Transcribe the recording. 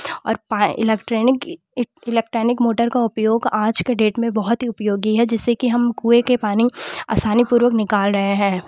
और electronic electronic motor का उपयोग आज के डेट में बहुत ही उपयोगी है जिससे कि हम कुएँ के पानी आसानीपूर्वक निकाल रहे हैं